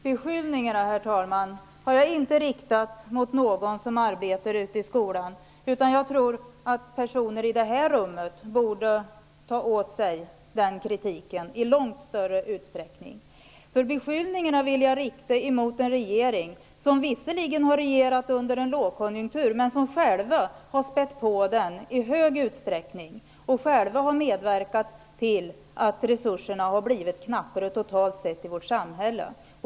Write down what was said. Herr talman! Beskyllningarna har jag inte riktat mot någon som arbetar i skolan. Personer i det här rummet borde ta åt sig den kritiken. Beskyllningarna vill jag rikta mot regeringen. Den har visserligen regerat under en lågkonjunktur, men den har själv i hög utsträckning spätt på lågkonjunkturen och medverkat till att resurserna totalt sett har blivit knappare i vårt samhälle.